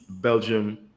Belgium